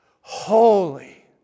holy